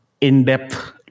in-depth